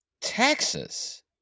Texas